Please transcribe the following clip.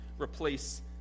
replace